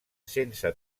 sense